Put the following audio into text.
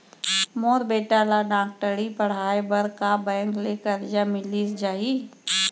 मोर बेटा ल डॉक्टरी पढ़ाये बर का बैंक ले करजा मिलिस जाही?